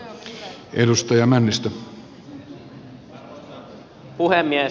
arvoisa puhemies